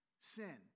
Sin